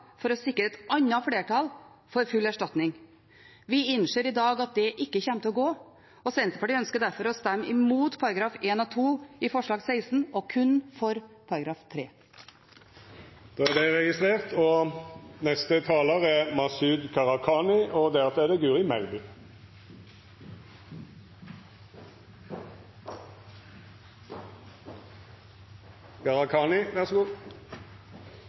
for å sikre et annet flertall for full erstatning. Vi innser i dag at det ikke kommer til å gå, og Senterpartiet ønsker derfor å stemme imot §§ 1 og 2 i forslag nr. 16 og kun for § 3. Mye er sagt i denne debatten. Men det er ganske merkelig å følge med på diskusjonen, for en etter en har representanter for Høyre og